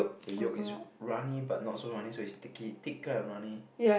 the yolk is runny but not so runny so it's sticky thicker and runny